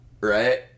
right